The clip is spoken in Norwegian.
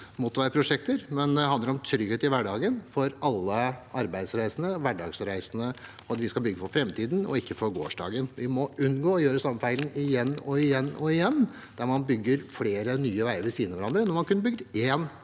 motorveiprosjekter. Det handler om trygghet i hverdagen for alle arbeidsreisende og hverdagsreisende, og at vi skal bygge for framtiden og ikke for gårsdagen. Vi må unngå å gjøre den samme feilen igjen og igjen og igjen, der man bygger flere nye veier ved siden av hverandre når man kunne bygget én